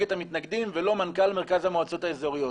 את המתנגדים ולא מנכ"ל המועצות האזוריות,